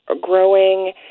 growing